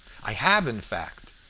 i have, in fact.